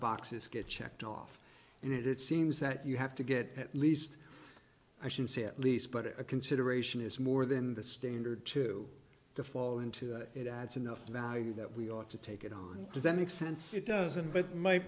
boxes get checked off and it seems that you have to get at least i should say at least but a consideration is more than the standard two to fall into that it adds enough value that we ought to take it on does that make sense it doesn't but my